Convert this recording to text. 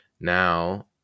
now